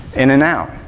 in and out.